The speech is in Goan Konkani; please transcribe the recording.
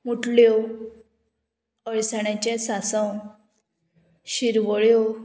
मुटल्यो अळसाण्याचें सांसव शिरवळ्यो